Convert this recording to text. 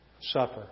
suffer